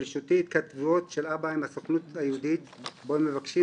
ברשותי התכתבות של אבא עם הסוכנות היהודית בה הם מבקשים